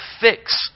fix